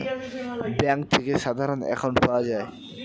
bank থেকে সাধারণ account পাওয়া যায়